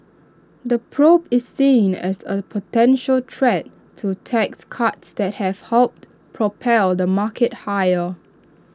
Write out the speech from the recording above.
the probe is seen as A potential threat to tax cuts that have helped propel the market higher